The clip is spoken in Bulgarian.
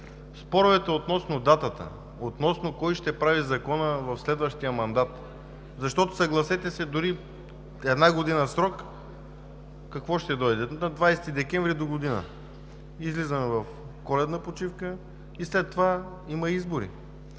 Споровете относно датата, относно кой ще прави Закона в следващия мандат – защото, съгласете се, дори след една година срок: какво ще дойде на 20 декември догодина? Тогава излизаме в коледна почивка и след това има избори.